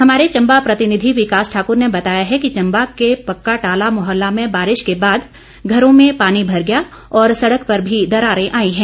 हमारे चंबा प्रतिनिधि विकास ठाकुर ने बताया है कि चंबा के पक्काटाला मोहल्ला में बारिश के बाद घरों में पानी घुस गया और सड़क पर भी दरारे आई हैं